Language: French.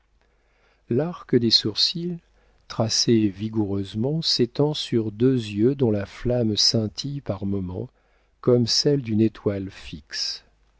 des sourcils tracé vigoureusement s'étend sur deux yeux dont la flamme scintille par moments comme celle d'une étoile fixe